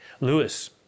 Lewis